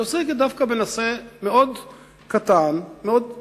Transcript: היא עוסקת דווקא בנושא מאוד קטן, מאוד אישי,